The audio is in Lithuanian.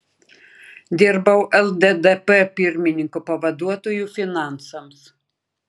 dirbau lddp pirmininko pavaduotoju finansams